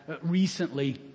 recently